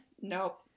Nope